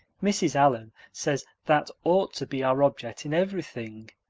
mrs. allan says that ought to be our object in everything.